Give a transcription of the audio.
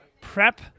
Prep